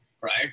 right